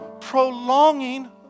prolonging